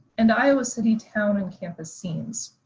and iowa city town and campus scenes.